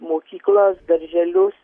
mokyklas darželius